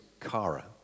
kara